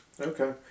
Okay